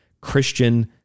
Christian